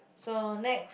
so next